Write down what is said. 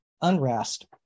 unrest